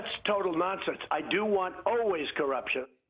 total nonsense. i do want, always, corruption.